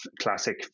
classic